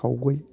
खावै